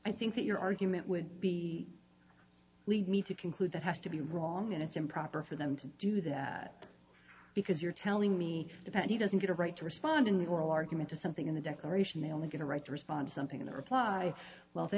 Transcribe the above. i think that your argument would be leads me to conclude that has to be wrong and it's improper for them to do that because you're telling me that he doesn't get a right to respond in the oral argument to something in the declaration they only get a right to respond something their reply well they